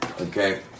Okay